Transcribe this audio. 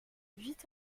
huit